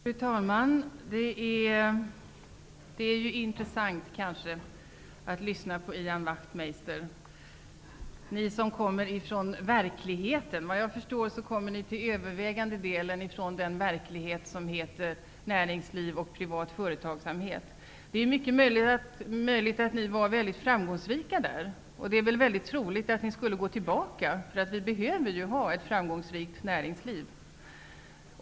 Fru talman! Det är intressant att lyssna på Ian Wachtmeister, som ju kommer från verkligheten. Efter vad jag förstår kommer ni till övervägande del från den verklighet som heter näringsliv och privat företagsamhet. Det är möjligt att ni har varit väldigt framgångsrika där, och det är väldigt troligt att ni skulle gå tillbaka dit, för vi behöver ju ha ett framgångsrikt näringsliv.